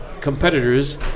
Competitors